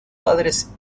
padres